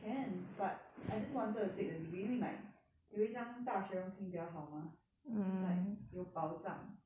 can but I just wanted to take a degree 因为 like 有一张大学文凭比较好 mah is like 有保障